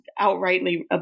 outrightly